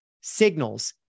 signals